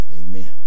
Amen